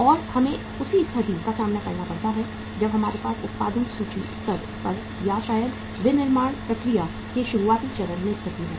और हमें उसी स्थिति का सामना करना पड़ता है जब हमारे पास उद्घाटन सूची स्तर पर या शायद विनिर्माण प्रक्रिया के शुरुआती चरण में स्थिति है